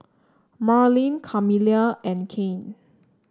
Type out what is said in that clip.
Marylyn Camilla and Cain